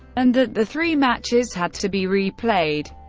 and that the three matches had to be replayed.